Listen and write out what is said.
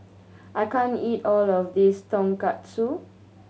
I can't eat all of this Tonkatsu